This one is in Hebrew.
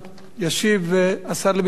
ישיב השר לביטחון הפנים